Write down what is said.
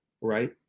right